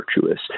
virtuous